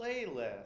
playlist